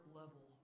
level